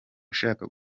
ushaka